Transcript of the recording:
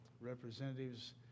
representatives